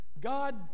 God